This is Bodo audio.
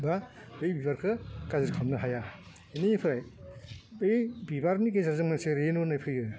बा बै बिबारखौ गाज्रि खालामनो हाया बेनिफ्राय बे बिबारनि गेजेरजों मोनसे रेनु होन्नाय फैयो